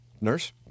Nurse